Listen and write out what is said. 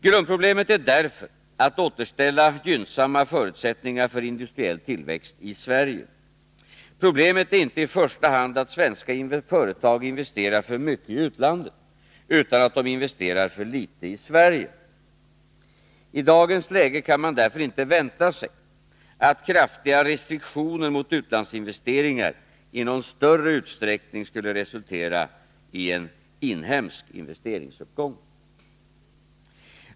Grundproblemet är därför att återställa gynnsamma förutsättningar för industriell tillväxt i Sverige. Problemet är inte i första hand att svenska företag investerar för mycket i utlandet utan att de investerar för litet i Sverige. I dagens läge kan man därför inte vänta sig att kraftiga restriktioner mot utlandsinvesteringar i någon större utsträckning skulle resultera i en inhemsk investeringsuppgång.